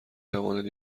توانید